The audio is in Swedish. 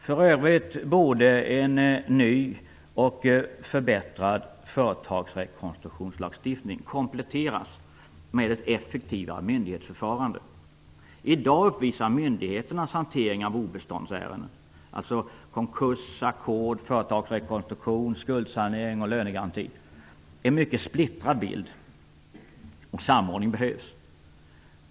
För övrigt borde en ny och förbättrad företagsrekonstruktionslagstiftning kompletteras med ett effektivare myndighetsförfarande. I dag uppvisar myndigheternas hantering av obeståndsärenden - konkurs, ackord, företagsrekonstruktion, skuldsanering och lönegaranti - en mycket splittrad bild, och samordning behövs.